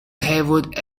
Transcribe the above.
haywood